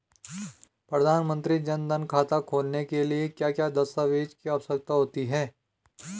प्रधानमंत्री जन धन खाता खोलने के लिए क्या क्या दस्तावेज़ की आवश्यकता होती है?